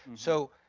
so